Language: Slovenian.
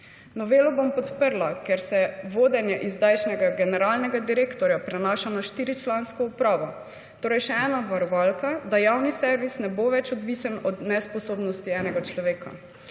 Novelo bom podprla, ker se vodenje z zdajšnjega generalnega direktorja prenaša na štiričlansko upravo, torej še ena varovalka, da javni servis ne bo več odvisen od nesposobnosti enega človeka.